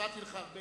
שהפרעתי לך.